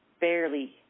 barely